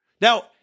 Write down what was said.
Now